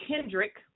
Kendrick